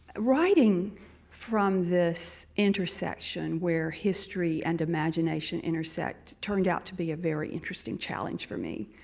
writing from this intersection, where history and imagination intersect, turned out to be a very interesting challenge for me.